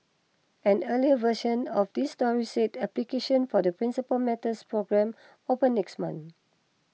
an earlier version of this story said applications for the Principal Matters programme open next month